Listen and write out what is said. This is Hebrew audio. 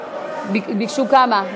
ביקשו כמה,